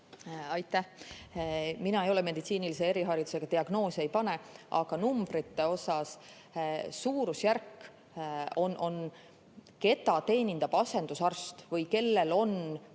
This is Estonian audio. Aitäh! Mina ei ole meditsiinilise eriharidusega, diagnoose ei pane, aga numbrite osas suurusjärk on [selline], et neid, keda teenindab asendusarst või kellel on oma